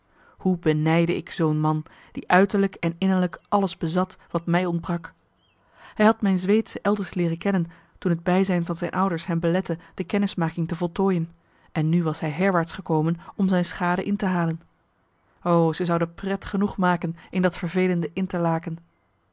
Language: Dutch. hoe benijdde ik zoo'n man die uiterlijk en innerlijk alles bezat wat mij ontbrak hij had mijn zweedsche elders leeren kennen toen het bijzijn van zijn ouders hem belette de kennismaking te voltooien en nu was hij herwaarts gekomen om zijn schade in te halen o zij zouden pret genoeg maken in dat vervelende interlaken